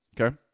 Okay